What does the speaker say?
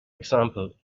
example